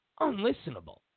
unlistenable